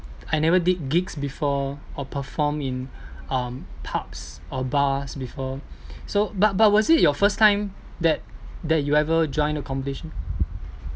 I never did gigs before or perform in um pubs or bars before so but but was it your first time that that you ever joined a competition